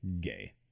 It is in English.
Gay